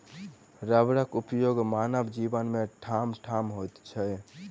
रबरक उपयोग मानव जीवन मे ठामठाम होइत छै